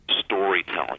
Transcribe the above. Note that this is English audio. storytelling